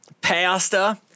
Pasta